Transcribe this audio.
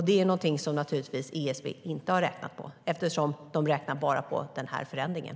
Det är något som ESV naturligtvis inte har räknat på eftersom de bara räknar på den här förändringen.